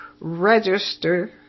register